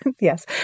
Yes